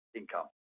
income